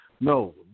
No